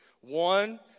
One